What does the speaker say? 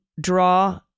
draw